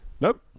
nope